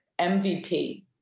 MVP